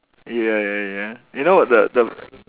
ya ya ya you know the the